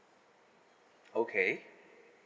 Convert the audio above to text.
okay